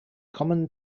common